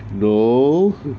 no